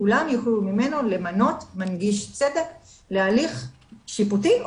כולם יוכלו ממנו למנות מנגיש צדק להליך שיפוטי,